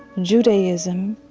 judaism,